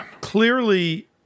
Clearly